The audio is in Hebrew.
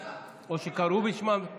או שקראו בשמם?